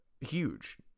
huge